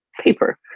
paper